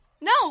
No